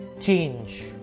change